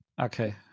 okay